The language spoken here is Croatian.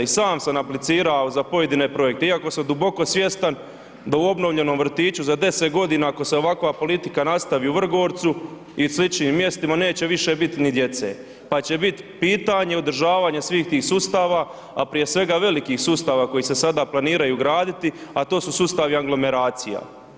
I sam sam aplicirao za pojedine projekte iako samo duboko svjestan da u obnovljenom vrtiću za 10 godina ako se ovakva politika nastavi u Vrgorcu i sličnim mjestima neće više biti ni djece pa će biti pitanje održavanja svih tih sustava a prije svega velikih sustava koji se sada planiraju graditi a to su sustavi aglomeracija.